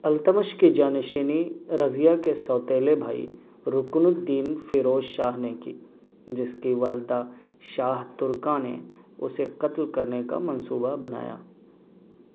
التمش کی جانشینی رضیہ کے سوتیلے بھائی رکن الدین فیروز شاہ نے کی جس کی والدہ شاہ ترکاں نے اسے قتل کرنے کا منصوبہ بنایا